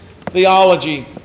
theology